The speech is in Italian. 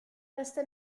resta